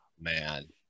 Man